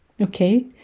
okay